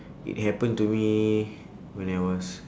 it happen to me when I was